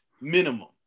Minimum